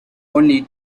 only